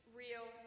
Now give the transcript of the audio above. real